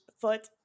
foot